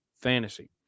fantasy